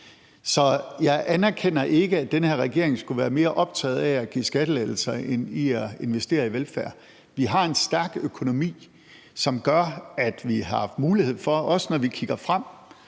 Så jeg anerkender ikke, at den her regering skulle være mere optaget af at give skattelettelser end i at investere i velfærd. Vi har en stærk økonomi, som gør, at vi har haft mulighed for, også når vi kigger frem,